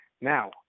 Now